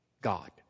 God